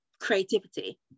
creativity